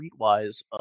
streetwise